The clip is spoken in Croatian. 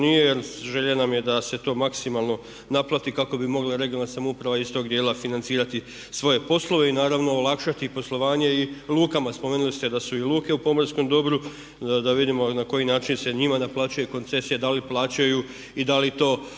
Jer želja nam je da se to maksimalno naplati kako bi mogle regionalna samouprava iz tog djela financirati svoje poslove i naravno olakšati poslovanje i lukama. Spomenuli ste da su i luke u pomorskom dobru, da vidimo na koji način se njima naplaćuje koncesija, da li plaćaju i da li to otežava